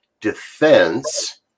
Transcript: defense